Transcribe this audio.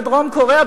בדרום-קוריאה,